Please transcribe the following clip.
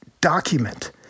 document